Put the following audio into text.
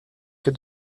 que